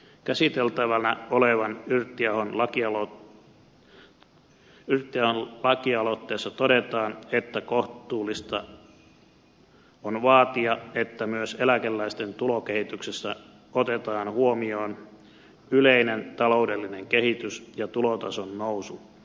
käsiteltävänä olevassa yrttiahon lakialoitteessa todetaan että kohtuullista on vaatia että myös eläkeläisten tulokehityksessä otetaan huomioon yleinen taloudellinen kehitys ja tulotason nousu